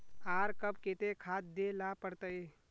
आर कब केते खाद दे ला पड़तऐ?